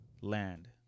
land